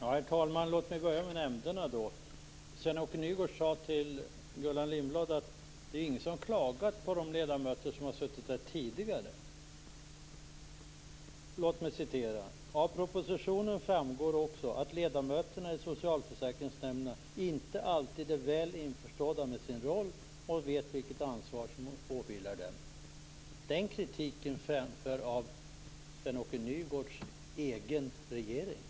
Herr talman! Jag börjar med frågan om nämnderna. Sven-Åke Nygårds sade till Gullan Lindblad att ingen har klagat på de ledamöter som tidigare suttit med. Jag vill återge vad som här har sagts: Av propositionen framgår också att ledamöterna i socialförsäkringsnämnderna inte alltid är väl införstådda med sin roll och vet vilket ansvar som åvilar dem. Den kritiken har framförts av Sven-Åke Nygårds egen regering.